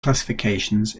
classifications